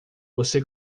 você